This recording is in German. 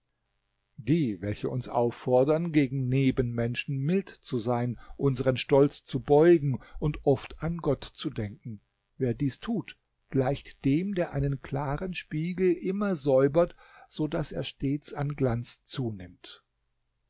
die welche uns auffordern gegen nebenmenschen mild zu sein unseren stolz zu beugen und oft an gott zu denken wer dies tut gleicht dem der einen klaren spiegel immer säubert so daß er stets an glanz zunimmt